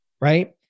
right